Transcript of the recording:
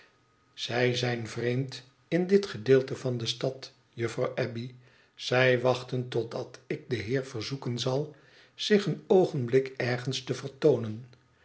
zij zijn vreemd in dit gedeelte van de stad juffrouw abbey zij wachten totdat ik den heer verzoeken zal zich een oogenblik ergens te vertoonen